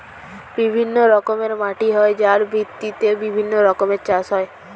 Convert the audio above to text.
বিভিন্ন রকমের মাটি হয় যার ভিত্তিতে বিভিন্ন রকমের চাষ হয়